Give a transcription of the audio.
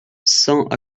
cent